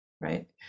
right